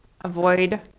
avoid